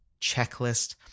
checklist